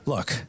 Look